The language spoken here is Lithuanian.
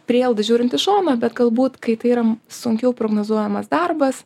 prielaida žiūrint iš šono bet galbūt kai tai yra sunkiau prognozuojamas darbas